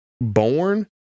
born